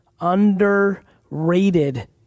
underrated